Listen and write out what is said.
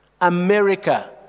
America